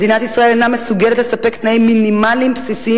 מדינת ישראל אינה מסוגלת לספק תנאים מינימליים בסיסיים